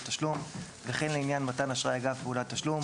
תשלום וכן לעניין מתן אשראי אגב פעולת תשלום,